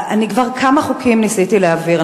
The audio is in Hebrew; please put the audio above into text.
אני כבר ניסיתי להעביר כמה חוקים.